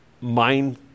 mind